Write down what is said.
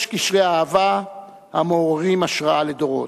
יש קשרי אהבה המעוררים השראה לדורות.